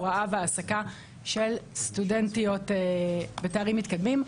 הוראה והעסקה של סטודנטיות בתארים מתקדמים.